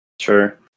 Sure